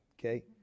Okay